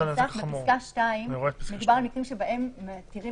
בפסקה (2) מדובר על מקרים שבהם מתירים